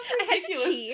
ridiculous